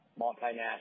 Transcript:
multinational